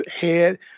head